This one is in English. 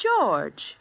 George